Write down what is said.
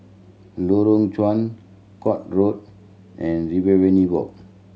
Lorong Chuan Court Road and Riverina Walk